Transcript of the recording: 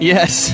Yes